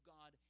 God